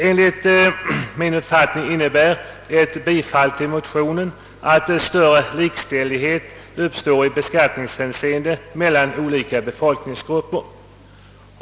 Enligt min uppfattning innebär ett bifall till motionen att större likställighet uppstår i beskattningshänseende mellan olika befolkningsgrupper.